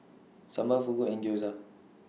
Sambar Fugu and Gyoza